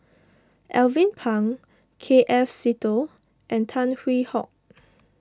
Alvin Pang K F Seetoh and Tan Hwee Hock